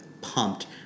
pumped